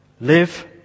Live